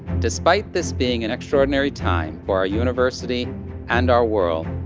despite this being an extraordinary time for our university and our world,